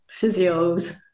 physios